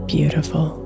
Beautiful